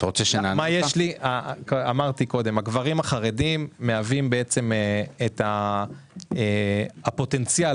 לכן הגברים החרדים מהווים את הפוטנציאל